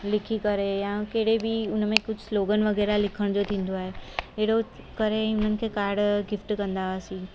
लिखी करे या कहिड़े बि हुन में कुझु स्लोगन वग़ैरह लिखण जो थींदो आहे अहिड़ो करे उन्हनि खे काड गिफ़्ट कंदा हुआसीं